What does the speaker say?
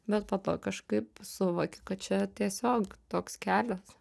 bet po to kažkaip suvoki kad čia tiesiog toks kelias